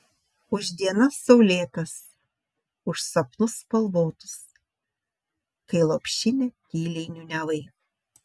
už dienas saulėtas už sapnus spalvotus kai lopšinę tyliai niūniavai